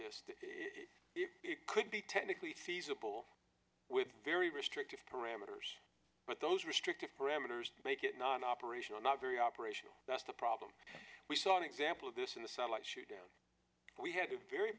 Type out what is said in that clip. this it could be technically feasible with very restrictive parameters but those restrictive parameters make it not operational not very operational that's the problem we saw an example of this in the satellite shootdown we had a very